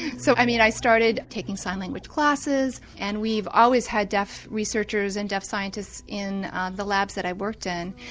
so i mean i started taking sign language classes and we've always had deaf researchers and deaf scientists in the labs that i've worked in.